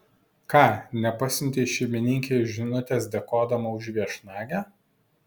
ką nepasiuntei šeimininkei žinutės dėkodama už viešnagę